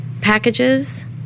packages